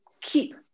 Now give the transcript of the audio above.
keep